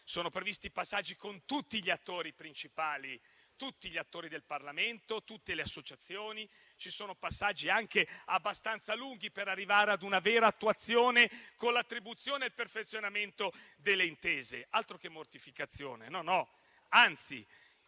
una serie di passaggi con tutti gli attori principali: con il Parlamento e tutte le associazioni, ci sono passaggi anche abbastanza lunghi per arrivare a una vera attuazione, con l'attribuzione e il perfezionamento delle intese. Altro che mortificazione,